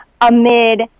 amid